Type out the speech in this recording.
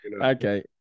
okay